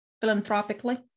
philanthropically